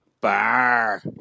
bar